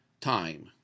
time